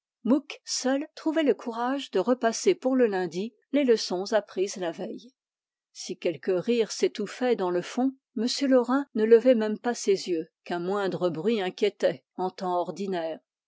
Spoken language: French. seul trouvait le courage de repasser pour le lundi les leçons apprises la veille si quelques rires s'étouffaient dans le fond m laurin ne levait même pas ses yeux qu'un moindre bruit inquiétait en temps ordinaire